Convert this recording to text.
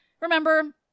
remember